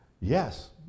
Yes